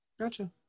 Gotcha